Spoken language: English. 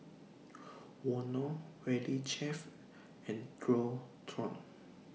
Vono Valley Chef and Dualtron